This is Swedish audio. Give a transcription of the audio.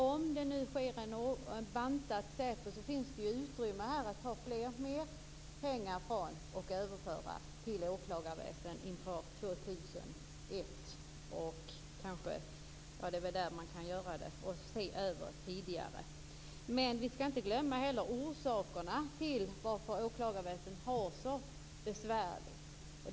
Om det nu sker en bantning av SÄPO finns det ju ett utrymme att där ta mer pengar och överföra till åklagarväsendet inför år 2001 och se över detta tidigare. Men vi skall inte heller glömma orsaken till att åklagarväsendet har det så besvärligt.